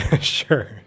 Sure